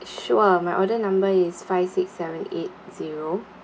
sure my order number is five six seven eight zero